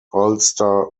ulster